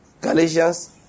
Galatians